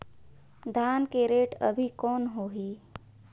धान के रेट अभी कौन होही?